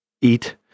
eat